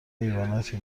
حیواناتی